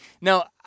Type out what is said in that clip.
Now